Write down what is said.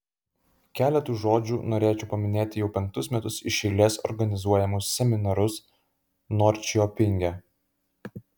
keletu žodžių norėčiau paminėti jau penktus metus iš eilės organizuojamus seminarus norčiopinge